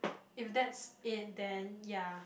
if that's it then ya